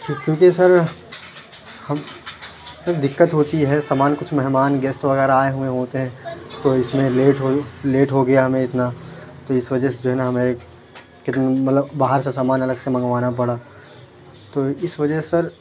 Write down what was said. کیونکہ سر ہم سر دقت ہوتی ہے سامان کچھ مہمان گیسٹ وغیرہ آئے ہوئے ہوتے ہیں تو اِس میں لیٹ لیٹ ہوگیا ہمیں اتنا تو اِس وجہ سے جو ہے نہ ہمیں ایک مطلب باہر سے سامان الگ سے منگوانا پڑا تو اِس وجہ سے سر